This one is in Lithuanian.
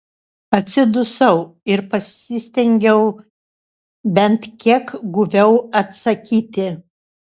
atsidusau ir pasistengiau bent kiek guviau atsakyti